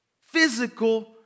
physical